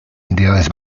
entidades